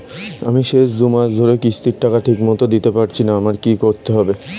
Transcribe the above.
আমি শেষ দুমাস ধরে কিস্তির টাকা ঠিকমতো দিতে পারছিনা আমার কি করতে হবে?